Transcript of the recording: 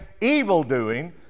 evil-doing